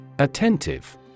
Attentive